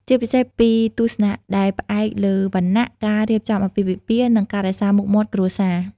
ជាពិសេសពីទស្សនៈដែលផ្អែកលើវណ្ណៈ ការរៀបចំអាពាហ៍ពិពាហ៍ និងការរក្សាមុខមាត់គ្រួសារ។